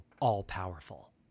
all-powerful